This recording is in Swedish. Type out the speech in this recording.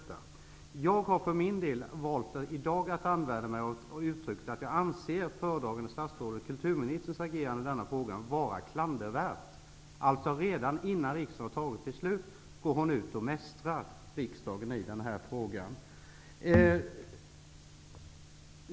Jag har i dag för min del begärt ordet för att uttrycka att jag anser föredragande statsrådets, kulturministerns, agerande i denna fråga vara klandervärt. Redan innan riksdagen har tagit beslut går hon ut och mästrar riksdagen i denna fråga.